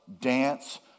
dance